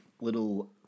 Little